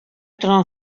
торган